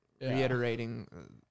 reiterating